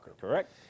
Correct